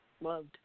loved